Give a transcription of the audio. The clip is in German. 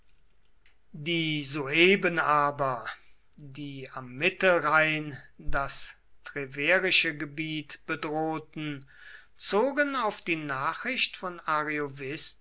die sueben aber die am mittelrhein das treverische gebiet bedrohten zogen auf die nachricht von